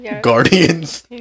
guardians